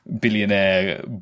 billionaire